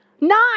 Nine